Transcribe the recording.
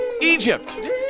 Egypt